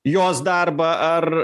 jos darbą ar